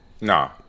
No